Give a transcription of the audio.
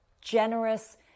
generous